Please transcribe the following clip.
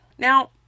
Now